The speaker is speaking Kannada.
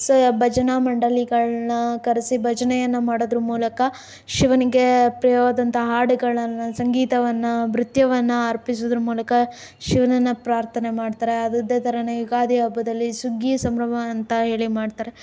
ಸೊ ಭಜನ ಮಂಡಳಿಗಳನ್ನ ಕರೆಸಿ ಭಜನೆಯನ್ನು ಮಾಡೋದರ ಮೂಲಕ ಶಿವನಿಗೆ ಪ್ರಿಯವಾದಂತಹ ಹಾಡುಗಳನ್ನು ಸಂಗೀತವನ್ನು ನೃತ್ಯವನ್ನು ಅರ್ಪಿಸೋದ್ರ ಮೂಲಕ ಶಿವನನ್ನು ಪ್ರಾರ್ಥನೆ ಮಾಡ್ತಾರೆ ಅದರದ್ದೇ ಥರನೇ ಯುಗಾದಿ ಹಬ್ಬದಲ್ಲಿ ಸುಗ್ಗಿಯ ಸಂಭ್ರಮ ಅಂತ ಹೇಳಿ ಮಾಡ್ತಾರೆ